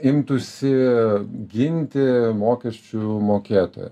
imtųsi ginti mokesčių mokėtoją